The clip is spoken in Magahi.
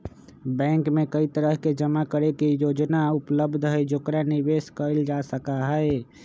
बैंक में कई तरह के जमा करे के योजना उपलब्ध हई जेकरा निवेश कइल जा सका हई